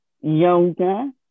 yoga